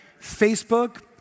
Facebook